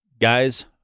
Guys